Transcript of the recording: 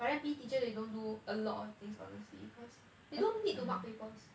but then P_E teacher they don't do a lot of things honestly cause you don't need to mark papers